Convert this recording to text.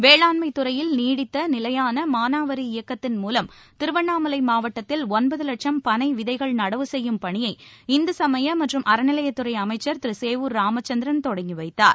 வேளாண்மைத் துறையில் நீடித்த நிலையான மானாவரி இயக்கத்தின் மூலம் திருவன்ணாமலை மாவட்டத்தில் ஒன்பது வட்சம் பனை விதைகள் நடவு செய்யும் பணியை இந்து சமய மற்றும் அறநிலையத்துறை அமைச்சர் திரு சேவூர் ராமச்சந்திரன் தொடங்கி வைத்தார்